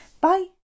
Bye